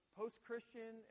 post-Christian